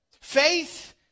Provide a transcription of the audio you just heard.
Faith